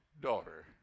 daughter